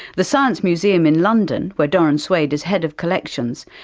the science museum in london where doron swade is head of collections,